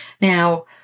Now